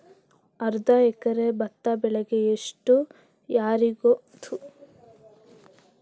ಅರ್ಧ ಎಕರೆ ಭತ್ತ ಬೆಳೆಗೆ ಎಷ್ಟು ಯೂರಿಯಾ ಬೇಕಾಗುತ್ತದೆ?